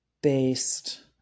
based